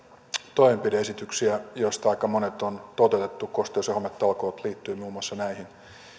toimenpide esityksiä joista aika monet on toteutettu kosteus ja hometalkoot liittyy muun muassa näihin